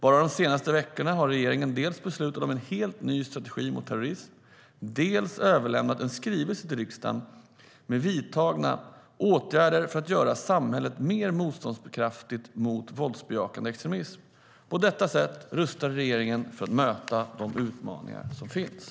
Bara de senaste veckorna har regeringen dels beslutat om en helt ny strategi mot terrorism, dels överlämnat en skrivelse till riksdagen, Åtgärder för att göra samhället mer motståndskraftigt mot våldsbejakande extremism , där man redovisar vidtagna åtgärder. På detta sätt rustar regeringen för att möta de utmaningar som finns.